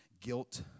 guilt